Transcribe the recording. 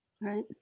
Right